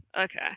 Okay